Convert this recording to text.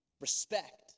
Respect